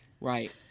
Right